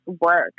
work